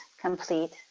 complete